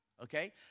Okay